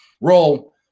Roll